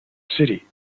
city